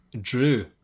Drew